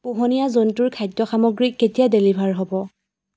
পোহনীয়া জন্তুৰ খাদ্য সামগ্ৰী কেতিয়া ডেলিভাৰ হ'ব